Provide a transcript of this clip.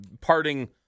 parting